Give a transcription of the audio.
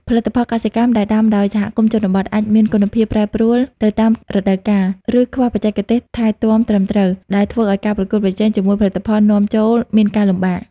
ផលិតផលកសិកម្មដែលដាំដោយសហគមន៍ជនបទ អាចមានគុណភាពប្រែប្រួលទៅតាមរដូវកាល ឬខ្វះបច្ចេកទេសថែទាំត្រឹមត្រូវ ដែលធ្វើឲ្យការប្រកួតប្រជែងជាមួយផលិតផលនាំចូលមានការលំបាក។